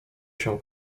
się